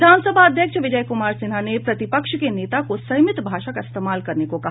विधानसभा अध्यक्ष विजय कुमार सिन्हा ने प्रतिपक्ष के नेता को संयमित भाषा का इस्तेमाल करने को कहा